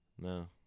No